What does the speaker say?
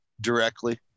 directly